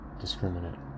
discriminate